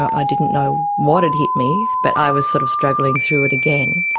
i didn't know what had hit me but i was sort of struggling through it again.